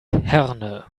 herne